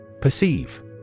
Perceive